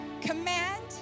command